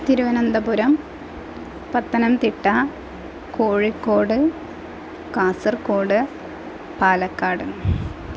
Thiruvananthapuram Pathanamthitta Kozhikode Kasaragod Palakkad